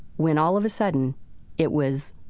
when all of a sudden it was